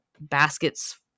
baskets